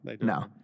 no